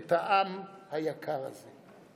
את העם היקר הזה.